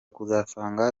kuzasanga